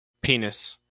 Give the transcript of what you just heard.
penis